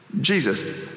Jesus